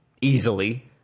Easily